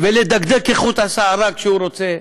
ולדקדק כחוט השערה כשהוא רוצה.